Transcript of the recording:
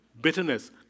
bitterness